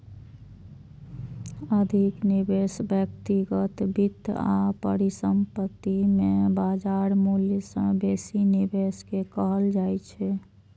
अधिक निवेश व्यक्तिगत वित्त आ परिसंपत्ति मे बाजार मूल्य सं बेसी निवेश कें कहल जाइ छै